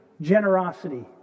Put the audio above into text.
Generosity